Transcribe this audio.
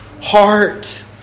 heart